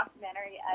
documentary